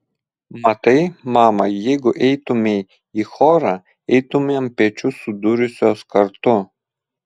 matai mama jeigu eitumei į chorą eitumėm pečius sudūrusios kartu